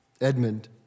Edmund